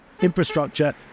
infrastructure